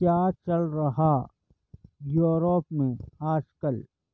کیا چل رہا یوروپ میں آج کل